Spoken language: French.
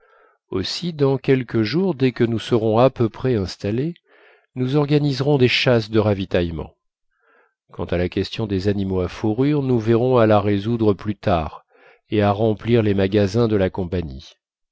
aussi dans quelques jours dès que nous serons à peu près installés nous organiserons des chasses de ravitaillement quant à la question des animaux à fourrure nous verrons à la résoudre plus tard et à remplir les magasins de la compagnie